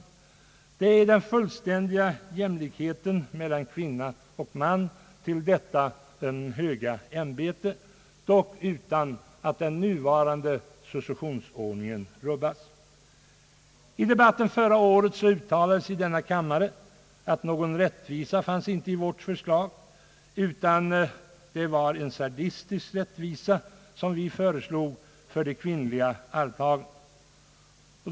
Det är den fullständiga jämlikheten mellan kvinna och man till detta höga ämbete. Vi har dock gjort det förbehållet att den nuvarande successionen inte skall rubbas. I debatten förra året uttalades i denna kammare att någon rättvisa inte fanns i vårt förslag, utan att det var en sardistisk rättvisa som vi föreslog för de kvinnliga arvtagarna till tronföljden.